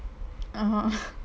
(uh huh)